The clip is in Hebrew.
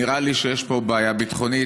נראה לי שיש פה בעיה ביטחונית.